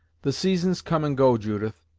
the seasons come and go, judith,